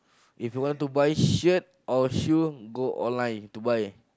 if you want to buy shirt or shoe go online to buy